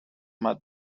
had